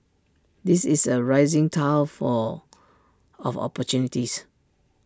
this is A rising tile for of opportunities